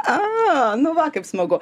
a nu va kaip smagu